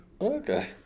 Okay